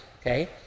okay